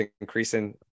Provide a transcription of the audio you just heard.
increasing